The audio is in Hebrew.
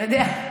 אתה יודע.